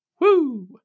Woo